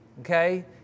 okay